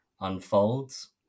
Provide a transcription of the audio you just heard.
unfolds